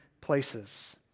places